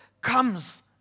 comes